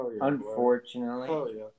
Unfortunately